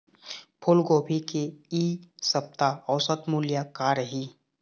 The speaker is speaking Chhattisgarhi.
फूलगोभी के इ सप्ता औसत मूल्य का रही?